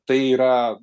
tai yra